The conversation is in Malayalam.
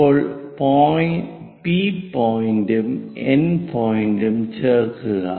ഇപ്പോൾ P പോയിൻറ്റും N പോയിൻറ്റും ചേർക്കുക